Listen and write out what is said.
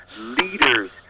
leaders